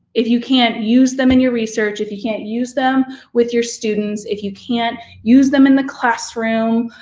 if you can't use them in your research, if you can't use them with your students, if you can't use them in the classroom,